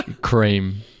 cream